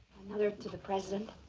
to the president?